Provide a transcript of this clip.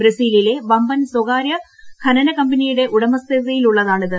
ബ്രസീലിലെ വമ്പൻ സ്വകാര്യ ഖനന കമ്പനിയുടെ ഉടമസ്ഥതയിലുള്ളതാണത്